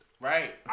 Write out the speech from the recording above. Right